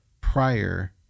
prior